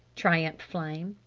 triumphed flame.